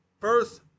first